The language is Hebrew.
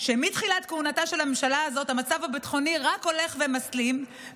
שמתחילת כהונתה של הממשלה הזאת המצב הביטחוני רק הולך ומסלים,